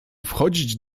wchodzić